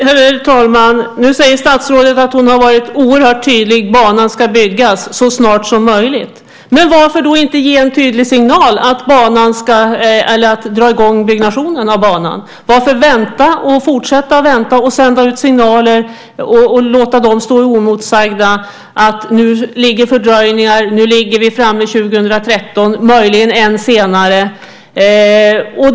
Herr talman! Nu säger statsrådet att hon har varit oerhört tydlig: Banan ska byggas så snart som möjligt. Men varför då inte ge en tydlig signal om att dra i gång byggnationen av banan? Varför vänta och fortsätta att vänta och sända ut signaler, och låta dem stå oemotsagda, att nu ligger fördröjningar, att nu ligger vi framme vid 2013, möjligen än senare?